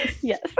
Yes